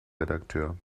redakteur